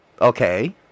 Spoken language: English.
Okay